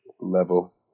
level